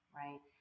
right